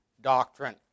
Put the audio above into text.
doctrine